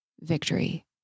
victory